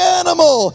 animal